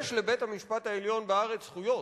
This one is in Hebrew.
יש לבית-המשפט העליון בארץ זכויות,